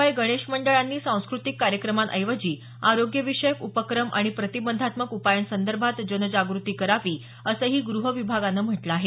याशिवाय गणेश मंडळांनी सांस्कृतिक कार्यक्रमांऐवजी आरोग्यविषयक उपक्रम आणि प्रतिबंधात्मक उपायांसंदर्भात जनजागृती करावी असंही गृह विभागानं म्हटलं आहे